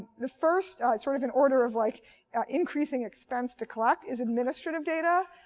the first sort of in order of like increasing expense to collect is administrative data.